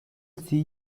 see